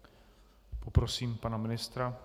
Poprosím pana ministra.